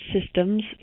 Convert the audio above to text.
systems